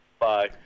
Bye